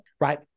right